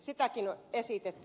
sitäkin on esitetty